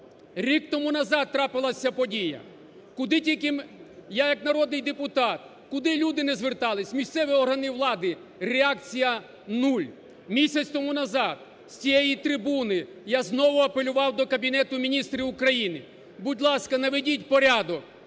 Рік тому назад трапилась ця подія. Я як народний депутат, куди люди не зверталися, в місцеві органи влади – реакція нуль. Місяць тому назад з цієї трибуни я знову апелював до Кабінету Міністрів України: будь ласка, наведіть порядок.